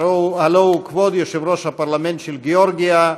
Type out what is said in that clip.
הלוא הוא כבוד יושב-ראש הפרלמנט של גיאורגיה,